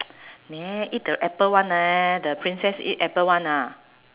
neh eat the apple one neh the princess eat apple one lah